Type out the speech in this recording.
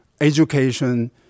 education